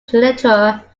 literature